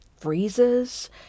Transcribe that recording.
freezes